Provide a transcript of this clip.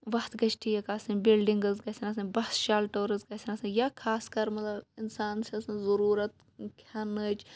وَتھ گَژھِ ٹھیک آسٕنۍ بِلڈِنٛگٕس گَژھن آسٕنۍ بَس شَلٹٲرٕس گَژھن آسٕنۍ یا خاص کر مَطلَب اِنسان چھ آسان ضروٗرَت کھیٚنٕچ